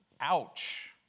Ouch